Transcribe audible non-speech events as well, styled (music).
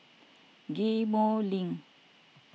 (noise) Ghim Moh Link